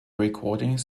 recordings